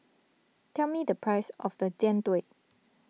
tell me the price of the Jian Dui